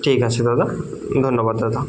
ঠিক আছে দাদা ধন্যবাদ দাদা